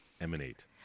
emanate